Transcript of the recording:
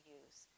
use